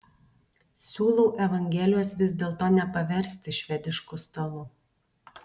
siūlau evangelijos vis dėlto nepaversti švedišku stalu